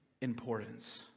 importance